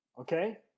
okay